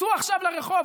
צאו עכשיו לרחוב,